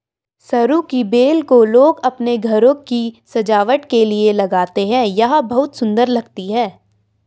सरू की बेल को लोग अपने घरों की सजावट के लिए लगाते हैं यह बहुत ही सुंदर लगती है